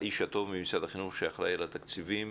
האיש הטוב ממשרד החינוך שאחראי על התקציבים,